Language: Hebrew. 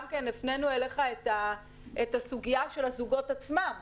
כן הפננו אליך את הסוגיה של הזוגות עצמם.